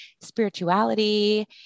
spirituality